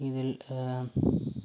ഇതിൽ